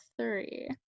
three